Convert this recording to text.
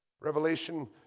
Revelation